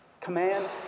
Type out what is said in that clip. command